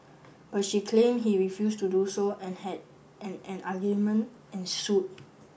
but she claimed he refused to do so and had an an argument ensued